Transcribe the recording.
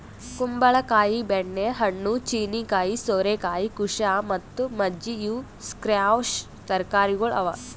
ಕುಂಬಳ ಕಾಯಿ, ಬೆಣ್ಣೆ ಹಣ್ಣು, ಚೀನೀಕಾಯಿ, ಸೋರೆಕಾಯಿ, ಕುಶಾ ಮತ್ತ ಮಜ್ಜಿ ಇವು ಸ್ಕ್ವ್ಯಾಷ್ ತರಕಾರಿಗೊಳ್ ಅವಾ